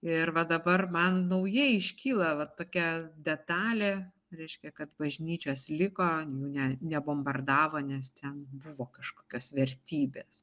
ir va dabar man naujai iškyla va tokia detalė reiškia kad bažnyčios liko jų ne nebombardavo nes ten buvo kažkokios vertybės